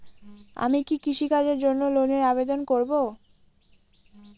আমি কি কৃষিকাজের জন্য লোনের আবেদন করব?